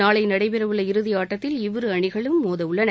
நாளை நடைபெறவுள்ள இறுதி ஆட்டத்தில் இவ்விரு அணிகளும் மோத உள்ளன